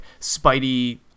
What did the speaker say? Spidey